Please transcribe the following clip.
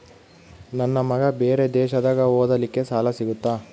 ನನ್ನ ಮಗ ಬೇರೆ ದೇಶದಾಗ ಓದಲಿಕ್ಕೆ ಸಾಲ ಸಿಗುತ್ತಾ?